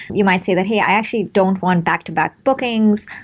you might say that hey, i actually don't want back-to-back bookings.